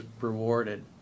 rewarded